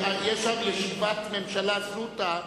יש שם ישיבת ממשלה זוטא,